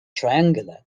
triangular